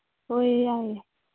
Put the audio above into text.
ꯍꯣꯏ ꯌꯥꯏꯌꯦ